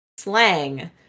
slang